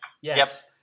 yes